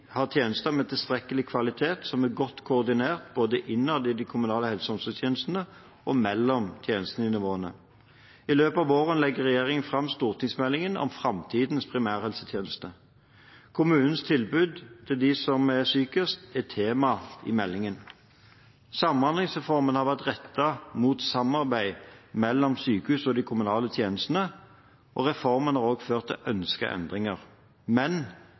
kommunale helse- og omsorgstjenestene og mellom tjenestenivåene. I løpet av våren legger regjeringen fram stortingsmeldingen om framtidens primærhelsetjeneste. Kommunens tilbud til dem som er sykest, er tema i meldingen. Samhandlingsreformen har vært rettet mot samarbeid mellom sykehus og de kommunale tjenestene, og reformen har også ført til ønskede endringer. Men